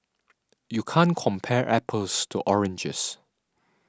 you can't compare apples to oranges